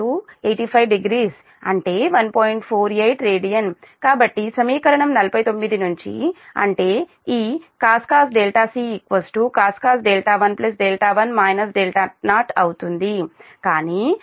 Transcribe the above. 48 radian కాబట్టి సమీకరణం 49 నుంచి అంటే ఈ cos c cos 1 అవుతుంది కానీ 1m8501